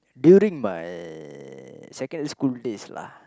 during my secondary school days lah